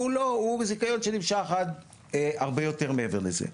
הוא לא הוא בזיכיון שנמשך הרבה יותר מעבר לזה,